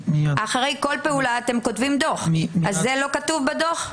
אחרי כל פעולה אתם כותבים דוח, זה לא כתוב בדוח?